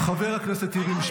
--- חברת הכנסת גוטליב, קריאה